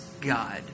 God